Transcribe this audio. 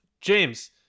James